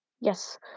Yes